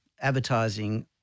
advertising